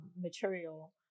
material